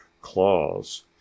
claws